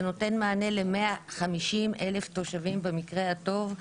נותן מענה ל-150,000 תושבים במקרה הטוב.